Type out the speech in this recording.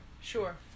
sure